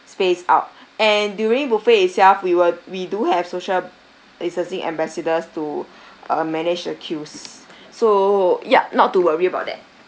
space out and during buffet itself we will we do have social distancing ambassadors to uh manage the queues so yup not to worry about that